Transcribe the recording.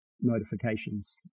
notifications